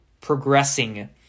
progressing